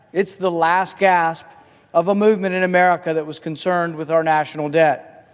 it's the last gasp of a movement in america that was concerned with our national debt.